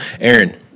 Aaron